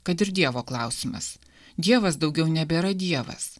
kad ir dievo klausimas dievas daugiau nebėra dievas